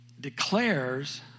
declares